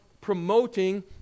promoting